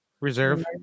Reserve